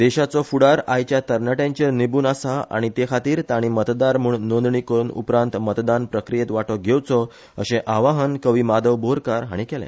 देशाचो फूडार आयच्या तरनाट्यांचेर निबून आसा आनी ते खातीर ताणी मतदार म्हूण नोदणी करून उपरांत मतदान प्रक्रीयेत वाटो घेवचो अशे आवाहन कवी माधव बोरकार हाणी केले